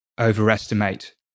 overestimate